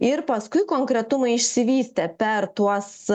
ir paskui konkretumai išsivystė per tuos